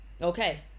Okay